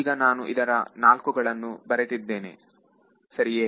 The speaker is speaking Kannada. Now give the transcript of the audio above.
ಈಗ ನಾನು ಇದರ 4 ಗಳನ್ನು ಬರೆದಿದ್ದೇನೆಸರಿಯೇ